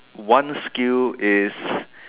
one skill is